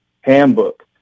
handbook